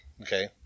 okay